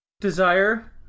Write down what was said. Desire